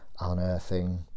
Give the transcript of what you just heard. Unearthing